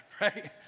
right